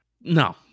No